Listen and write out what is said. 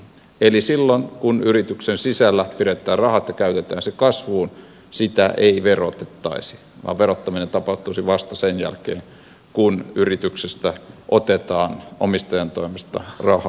eli silloin kun yrityksen sisällä pidetään rahat ja käytetään ne kasvuun niitä ei verotettaisi vaan verottaminen tapahtuisi vasta sen jälkeen kun yrityksestä otetaan omistajan toimesta rahaa ulos